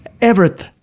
everett